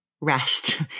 rest